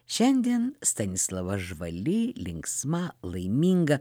šiandien stanislava žvali linksma laiminga